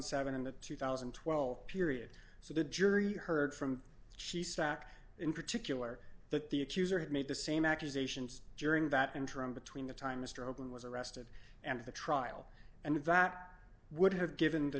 seven and the two thousand and twelve period so the jury heard from she stack in particular that the accuser had made the same accusations during that interim between the time mr hogan was arrested and the trial and that would have given the